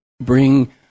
bring